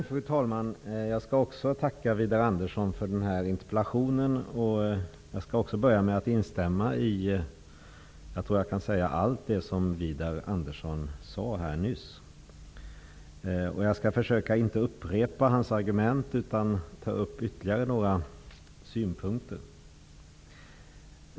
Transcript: Fru talman! Jag vill också tacka Widar Andersson för den här interpellationen. Jag tror att han kan instämma i allt det som Widar Andersson sade nyss. Jag skall försöka att inte upprepa hans argument utan ta upp ytterligare några synpunkter.